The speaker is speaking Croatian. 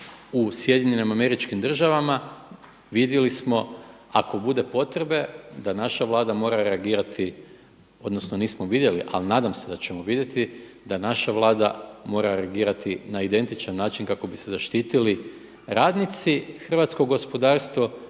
takve primjere u SAD-u, vidjeli smo ako bude potrebe da naša Vlada mora reagirati, odnosno nismo vidjeli ali nadam se da ćemo vidjeti da naša Vlada mora reagirati na identičan način kako bi se zaštitili radnici, hrvatsko gospodarstvo